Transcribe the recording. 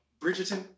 bridgerton